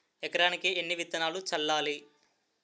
ఎకరానికి ఎన్ని విత్తనాలు చల్లాలి?